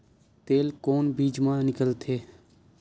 तेल कोन बीज मा निकलथे?